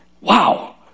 wow